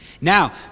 Now